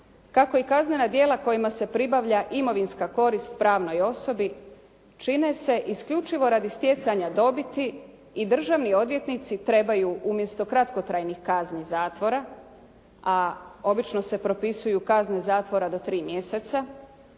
kako i kaznena djela kojima se pribavlja imovinska korist pravnoj osobi čine se isključivo radi stjecanja dobiti i državni odvjetnici trebaju umjesto kratkotrajnih kazni zatvora a obično se propisuju kazne zatvora do tri mjeseca